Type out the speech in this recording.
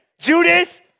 Judas